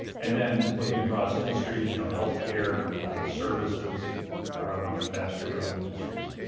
and then looking across industries, you know healthcare services are among the faster growing industries.